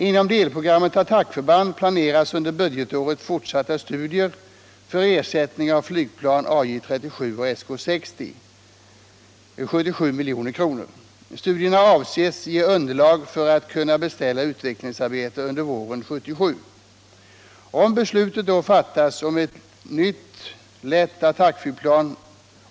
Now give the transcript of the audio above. Inom delprogrammet Attackförband planeras under budgetåret fortsatta studier för ersättning av flygplan JA 37 och SK 60 . Studierna avses ge underlag för att kunna beställa utvecklingsarbete under våren 1977.